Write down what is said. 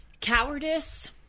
Cowardice